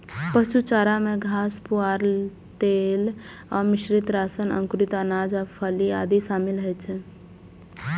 पशु चारा मे घास, पुआर, तेल एवं मिश्रित राशन, अंकुरित अनाज आ फली आदि शामिल होइ छै